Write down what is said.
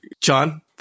John